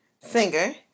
Singer